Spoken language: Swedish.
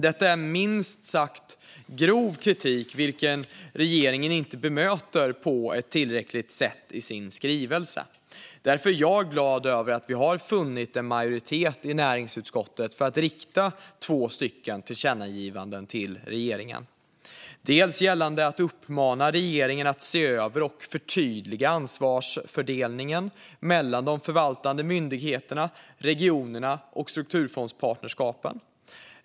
Detta är minst sagt grov kritik, vilken regeringen inte bemöter tillräckligt i sin skrivelse. Därför är jag glad över att vi funnit en majoritet i näringsutskottet för att rikta två tillkännagivanden till regeringen. Tillkännagivandena uppmanar regeringen att se över och förtydliga ansvarsfördelningen mellan de förvaltande myndigheterna, regionerna och strukturfondspartnerskapen.